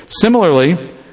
Similarly